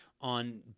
on